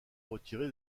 retiré